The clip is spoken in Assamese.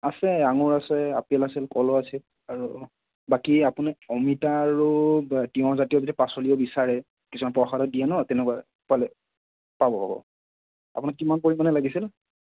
আছে আঙুৰ আছে আপেল আছিল কলো আছিল আৰু বাকী আপোনাক অমিতা আৰু বা তিয়হ জাতীয় যদি পাচলি বিচাৰে কিছুমান প্ৰসাদত দিয়ে ন তেনেকুৱা পালে পাব পাব আপোনাক কিমান পৰিমাণে লাগিছিল